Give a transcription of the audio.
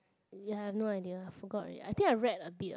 ya I have no idea I forgot already I think I read a bit of